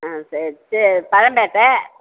ஆ சரி சரி பழம்பேட்டை